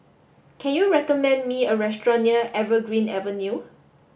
can you recommend me a restaurant near Evergreen Avenue